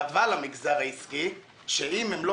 סעיף 32 מדבר על הטבה למגזר העסקי שאם הם לא